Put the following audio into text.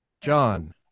John